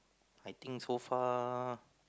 I think so far